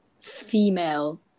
female